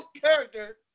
character